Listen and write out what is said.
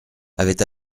avait